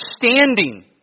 standing